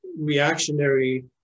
reactionary